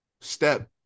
Step